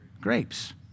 grapes